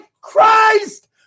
Christ